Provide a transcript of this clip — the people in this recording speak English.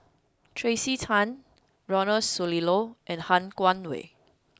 Tracey Tan Ronald Susilo and Han Guangwei